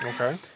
Okay